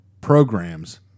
programs